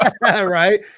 Right